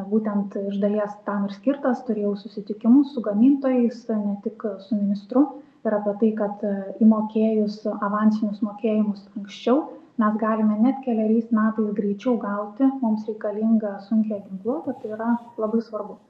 būtent iš dalies tam ir skirtas turėjau susitikimus su gamintojais ne tik su ministru ir apie tai kad įmokėjus avansinius mokėjimus anksčiau mes galime net keleriais metais greičiau gauti mums reikalingą sunkiąją ginkluotę tai yra labai svarbu